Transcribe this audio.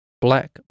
black